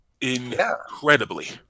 Incredibly